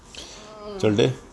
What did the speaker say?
சொல்லிட்டு:sollitu